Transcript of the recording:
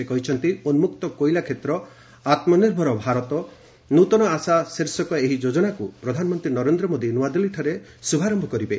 ସେ କହିଛନ୍ତି 'ଉନ୍କକ୍ତ କୋଇଲା କ୍ଷେତ୍ର ଆତ୍ମନିର୍ଭର ଭାରତ ନୂତନ ଆଶା' ଶୀର୍ଷକ ଏହି ଯୋଜନାକୁ ପ୍ରଧାନମନ୍ତ୍ରୀ ନରେନ୍ଦ୍ର ମୋଦୀ ନ୍ତଆଦିଲ୍ଲୀଠାରେ ଶୁଭାରମ୍ଭ କରିବେ